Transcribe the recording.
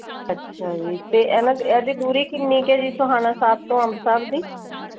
ਅੱਛਾ ਜੀ ਅਤੇ ਇਹਨਾਂ ਇਹਦੀ ਦੂਰੀ ਕਿੰਨੀ ਕੁ ਹੈ ਜੀ ਸੋਹਾਣਾ ਸਾਹਿਬ ਤੋਂ ਅੰਬ ਸਾਹਿਬ ਦੀ